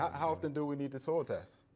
how often do we need the soil test?